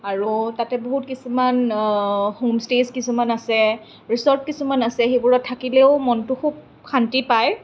আৰু তাতে বহুত কিছুমান হোম ষ্টে' ছ কিছুমান আছে ৰিচ'ৰ্ট কিছুমান আছে সেইবোৰত থাকিলেও মনটো খুুব শান্তি পায়